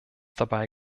dabei